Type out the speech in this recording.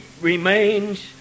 remains